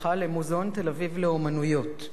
למוזיאון תל-אביב לאמנויות.